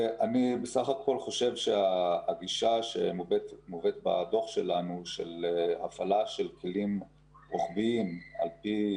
בסך הכול הגישה שמובאת בדוח שלנו של הפעלה של כלים רוחביים על-פי